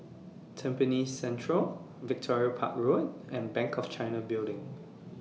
Tampines Central Victoria Park Road and Bank of China Building